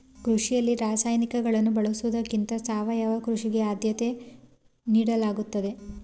ಕೃಷಿಯಲ್ಲಿ ರಾಸಾಯನಿಕಗಳನ್ನು ಬಳಸುವುದಕ್ಕಿಂತ ಸಾವಯವ ಕೃಷಿಗೆ ಆದ್ಯತೆ ನೀಡಲಾಗುತ್ತದೆ